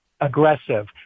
aggressive